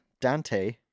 Dante